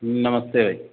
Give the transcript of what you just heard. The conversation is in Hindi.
नमस्ते